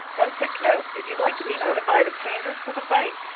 one quick note if you'd like to be notified of changes to the site,